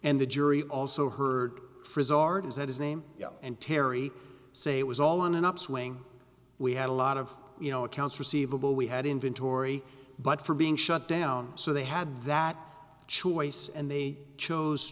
and the jury also heard frizz art is that his name and terry say it was all on an upswing we had a lot of you know accounts receivable we had inventory but for being shut down so they had that choice and they chose